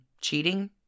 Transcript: cheating